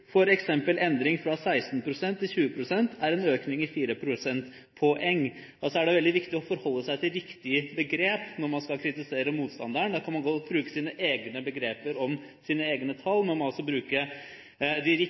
en endring fra 16 prosent til 20 prosent en økning på 4 prosentpoeng.» Det er veldig viktig å forholde seg til riktige begreper når man skal kritisere motstanderen. Man kan godt bruke sine egne begreper om sine egne tall, men man må altså bruke de